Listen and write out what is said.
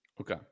Okay